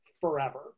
forever